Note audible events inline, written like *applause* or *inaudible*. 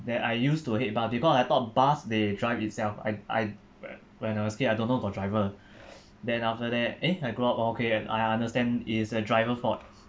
then I used to hate but because I thought bus they drive itself I I wh~ when I was a kid I don't know got driver *breath* then after that eh I grew up okay and I understand it's a driver fault